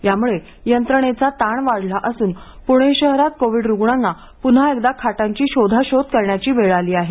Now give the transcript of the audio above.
त्यामूळे यंत्रणेवरचा ताण वाढला असून पूणे शहरात कोविड रुग्णांना पुन्हा एकदा खाटांची शोधाशोध करण्याची वेळ आली आहे